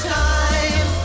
time